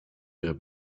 ihrer